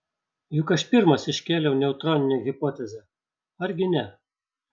juk aš pirmas iškėliau neutroninę hipotezę argi ne